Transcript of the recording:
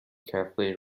carefully